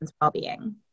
well-being